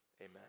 Amen